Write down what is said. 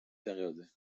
période